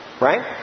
right